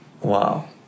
Wow